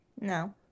no